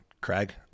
Craig